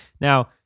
Now